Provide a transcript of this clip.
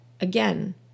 again